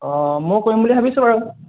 অঁ ময়ো কৰিম বুলি ভাবিছোঁ বাৰু